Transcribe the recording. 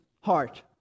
heart